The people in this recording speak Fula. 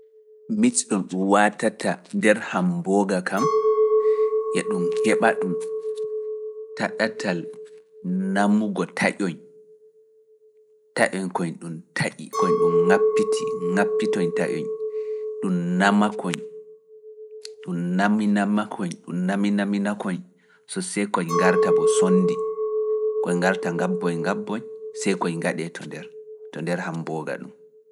Mit ɗum waatata nder Hambooga kam, e ɗum heɓa ɗum ta ɗatal namugo taƴoñ, taƴoñ koñ ɗum taƴi, koñ ɗum ŋappiti, ŋappitoñ taƴoñ, ɗum nama koñ, ɗum naminama koñ, ɗum naminamina koñ, so see koñ ngarta bo sonndi, koñ ngarta ŋabboñ ŋabboñ, see koñ ngaɗee to nder Hambooga ɗum.